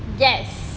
yes